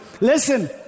Listen